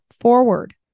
forward